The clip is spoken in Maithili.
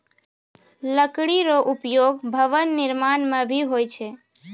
लकड़ी रो उपयोग भवन निर्माण म भी होय छै